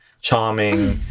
charming